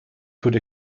could